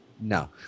No